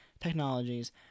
technologies